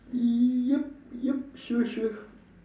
yup yup sure sure